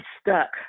stuck